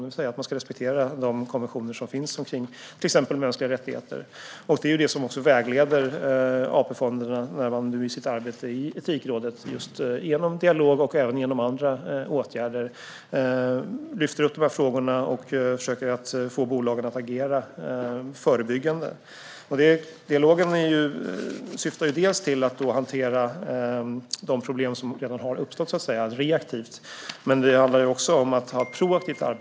De ska alltså respektera de konventioner som finns när det gäller till exempel mänskliga rättigheter. Det är också detta som vägleder AP-fonderna när de nu i sitt arbete i Etikrådet genom dialog och även genom andra åtgärder lyfter upp dessa frågor och försöker att få bolagen att agera förebyggande. Dialogen syftar dels till att hantera de problem som redan har uppstått reaktivt, dels till att leda till ett proaktivt arbete.